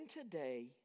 today